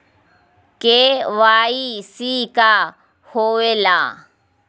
KYC का होवेला?